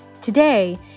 Today